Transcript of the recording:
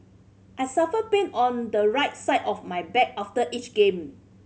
I suffer pain on the right side of my back after each game